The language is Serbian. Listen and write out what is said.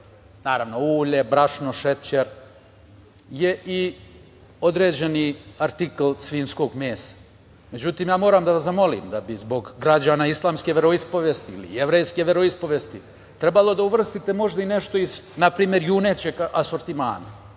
naravno, ulje, brašno, šećer, je i određeni artikl svinjskog mesa. Međutim, ja moram da vas zamolim, da bi zbog građana islamske veroispovesti ili jevrejske veroispovesti, trebalo da uvrstite možda i nešto iz, na primer, junećeg asortimana